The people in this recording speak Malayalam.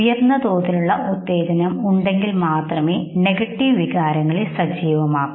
ഉയർന്ന തോതിലുള്ള ഉത്തേജനം ഉണ്ടെങ്കിൽ മാത്രമേ നെഗറ്റീവ് വികാരങ്ങളെ സജീവമാക്കൂ